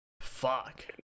Fuck